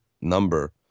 number